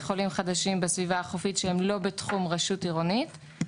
חולים חדשים בסביבה החופית שהם לא בתחום רשות עירונית,